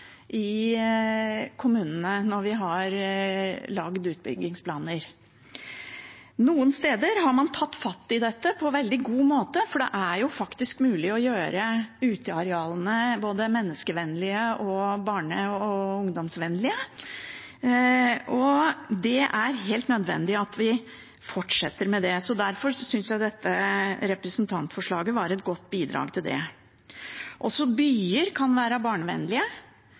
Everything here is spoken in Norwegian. i kommunene når vi har laget egne utbyggingsplaner. Noen steder har man tatt fatt i dette på en veldig god måte, for det er jo faktisk mulig å gjøre utearealene både menneskevennlige og barne- og ungdomsvennlige, og det er helt nødvendig at vi fortsetter med det. Derfor synes jeg dette representantforslaget var et godt bidrag til det. Også byer kan være barnevennlige,